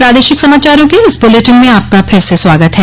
प्रादेशिक समाचारों के इस बुलेटिन में आपका फिर से स्वागत है